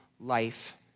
life